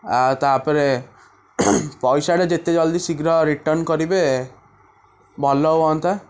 ଆଉ ତାପରେ ପଇସାଟା ଯେତେ ଜଲଦି ଶୀଘ୍ର ରିଟର୍ଣ୍ଣ କରିବେ ଭଲ ହୁଅନ୍ତା